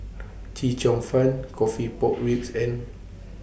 Chee Cheong Fun Coffee Pork Ribs and